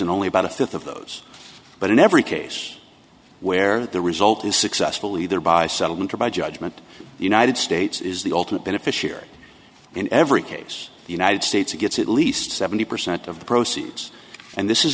and only about a fifth of those but in every case where the result is successful either by settlement or by judgment the united states is the ultimate beneficiary in every case the united states gets at least seventy percent of the proceeds and this